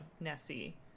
nessie